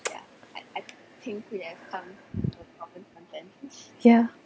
ya